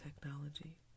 technology